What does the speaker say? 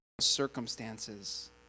circumstances